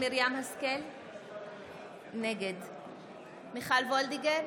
נגד מיכל וולדיגר,